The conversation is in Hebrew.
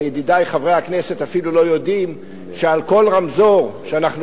ידידי חברי הכנסת אפילו לא יודעים שעל כל רמזור שאנחנו